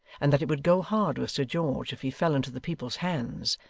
and that it would go hard with sir george if he fell into the people's hands,